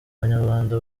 abanyarwanda